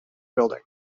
building